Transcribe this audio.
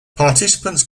participants